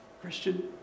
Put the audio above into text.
Christian